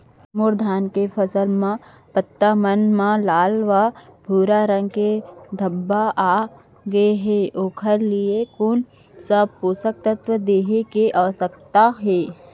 मोर धान के फसल म पत्ता मन म लाल व भूरा रंग के धब्बा आप गए हे ओखर लिए कोन स पोसक तत्व देहे के आवश्यकता हे?